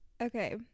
okay